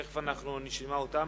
תיכף נשמע אותם.